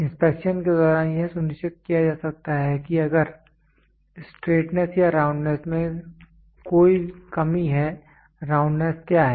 inspection के दौरान यह सुनिश्चित किया जा सकता है कि अगर स्ट्रेटनेस या राउंडनेस में कोई कमी है राउंडनेस क्या है